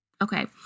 Okay